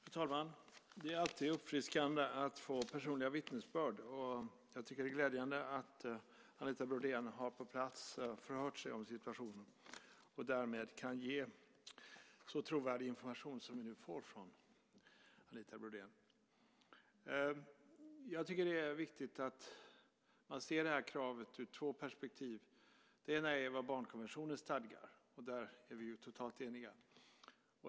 Fru talman! Det är alltid uppfriskande att få personliga vittnesbörd. Jag tycker att det är glädjande att Anita Brodén på plats har förhört sig om situationen och därmed kan ge så trovärdig information som vi nu får från Anita Brodén. Jag tycker att det är viktigt att man ser det här kravet ur två perspektiv. Det ena är vad barnkonventionen stadgar, och där är vi ju totalt eniga.